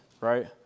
right